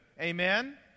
Amen